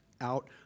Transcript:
out